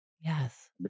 Yes